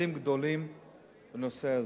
צעדים גדולים בנושא הזה.